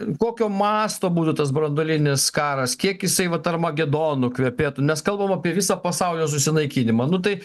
kokio masto būtų tas branduolinis karas kiek jisai vat armagedonu kvepėtų nes kalbam apie visą pasaulio susinaikinimą nu tai